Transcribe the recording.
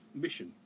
mission